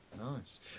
Nice